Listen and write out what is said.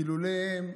כי אילולא הם,